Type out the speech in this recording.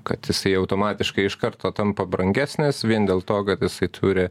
kad jisai automatiškai iš karto tampa brangesnis vien dėl to kad jisai turi